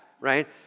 right